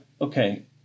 okay